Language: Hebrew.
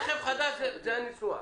רכב חדש, זה הניסוח.